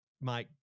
Mike